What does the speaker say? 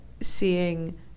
seeing